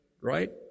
right